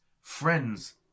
friends